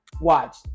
watch